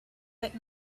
that